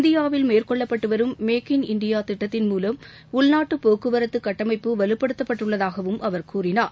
இந்தியாவில் மேற்கொள்ளப்பட்டு வரும் மேக் இன் இந்தியா திட்டத்தின் மூலம் உள்நாட்டு போக்குவரத்து கட்டமைப்பு வலுப்படுத்தப் பட்டுள்ளதாகவும் அவர் கூறினார்